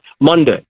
Monday